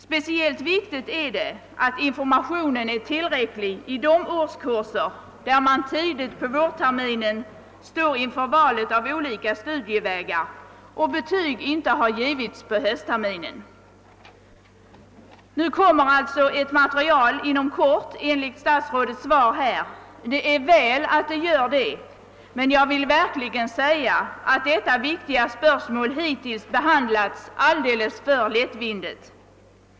Speciellt viktigt är det att informationen är tillräcklig i de årskurser där man tidigt på vårterminen står inför valet mellan olika studievägar och betyg inte har givits på höstterminen. Nu kommer alltså enligt statsrådets svar ett material att läggas fram inom kort, och väl är det. Detta viktiga spörsmål har dock hittills behandlats alldeles för lättvindigt.